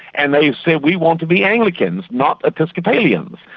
and they said, we want to be anglicans, not episcopalians.